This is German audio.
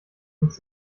uns